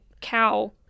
cow